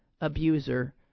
abuser